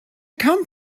come